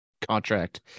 contract